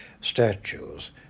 statues